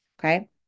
Okay